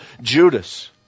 Judas